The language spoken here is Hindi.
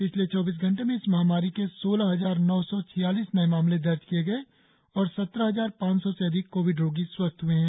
पिछले चौबीस घंटे में इस महामारी के सोलह हजार नौ सौ छियालीस नये मामले दर्ज किए गए और सत्रह हजार पांच सौ से अधिक कोविड रोगी स्वस्थ हए हैं